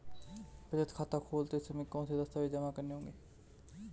बचत खाता खोलते समय कौनसे दस्तावेज़ जमा करने होंगे?